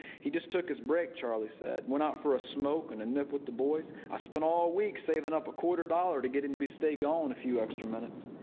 he just took his break, charlie said. went out for a smoke and a nip with the boys. i spent all week saving up a quarter-dollar to get him to stay gone a few extra minutes.